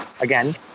again